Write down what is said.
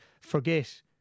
forget